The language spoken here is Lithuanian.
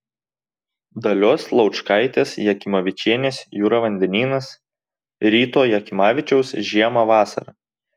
dalios laučkaitės jakimavičienės jūra vandenynas ryto jakimavičiaus žiemą vasarą